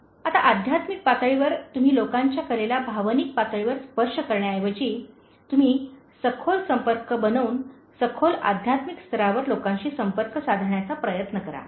आता अध्यात्मिक पातळीवर तुम्ही लोकांच्या कलेला भावनिक पातळीवर स्पर्श करण्याऐवजी तुम्ही सखोल संपर्क बनवून सखोल आध्यात्मिक स्तरावर लोकांशी संपर्क साधण्याचा प्रयत्न करा